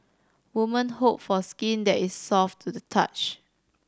women hope for skin that is soft to the touch